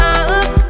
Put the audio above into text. up